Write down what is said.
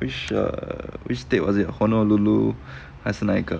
which err which state was it honolulu 还是那个